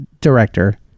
director